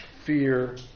fear